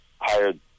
hired